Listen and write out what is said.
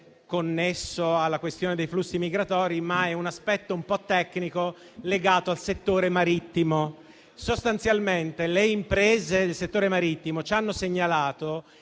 connesso alla questione dei flussi migratori, ma è un aspetto un po' tecnico legato al settore marittimo. Sostanzialmente, le imprese del settore marittimo ci hanno segnalato